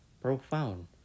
profound